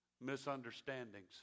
misunderstandings